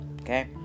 Okay